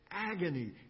Agony